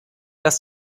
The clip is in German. dass